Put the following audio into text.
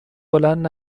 بلند